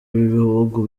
b’ibihugu